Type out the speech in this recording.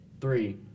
Three